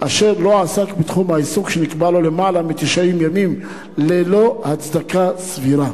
אשר לא עסק בתחום העיסוק שנקבע לו למעלה מ-90 ימים ללא הצדקה סבירה.